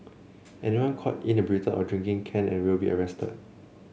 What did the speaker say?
anyone caught inebriated or drinking can and will be arrested